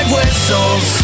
Whistles